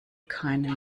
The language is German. keine